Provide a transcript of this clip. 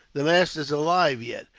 the master's alive yet.